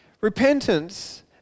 Repentance